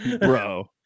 bro